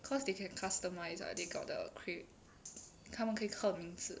cause they can customise [what] they got the carv~ 他们可以刻名字